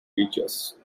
features